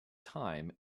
time